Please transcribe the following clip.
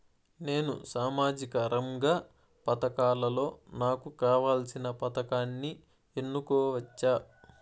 నేను సామాజిక రంగ పథకాలలో నాకు కావాల్సిన పథకాన్ని ఎన్నుకోవచ్చా?